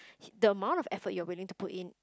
the amount of effort you are willing to put in